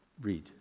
read